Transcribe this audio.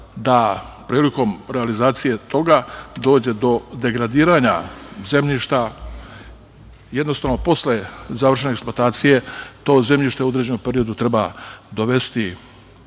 da prilikom realizacije toga dođe do degradiranja zemljišta, jednostavno posle završene eksploatacije to zemljište u određenom periodu treba dovesti